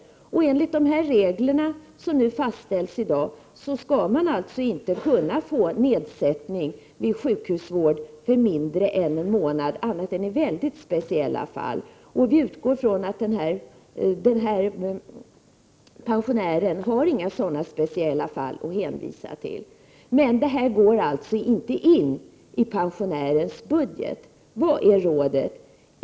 Enligt de regler som fastställs i dag skall man alltså inte kunna få nedsättning av avgiften vid sjukhusvård mindre än en månad annat än i mycket speciella fall. Vi utgår från att denne pensionär inte har några speciella omständigheter att hänvisa till. Men detta går alltså inte in i pensionärens budget. Vilket är rådet?